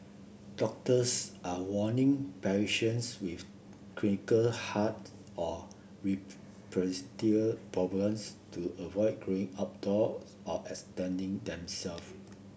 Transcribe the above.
doctors are warning patients with chronic heart or respiratory problems to avoid going outdoor or exerting themself